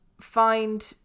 find